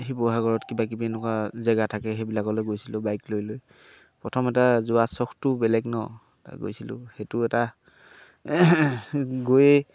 শিৱসাগৰত কিবা কিবি এনেকুৱা জেগা থাকে সেইবিলাকলৈ গৈছিলোঁ বাইক লৈ লৈ প্ৰথমতে যোৱা চখটো বেলেগ ন গৈছিলোঁ সেইটো এটা গৈয়ে